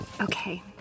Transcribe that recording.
Okay